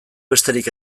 besterik